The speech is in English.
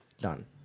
Done